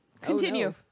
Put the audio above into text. Continue